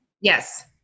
Yes